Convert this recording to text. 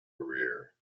career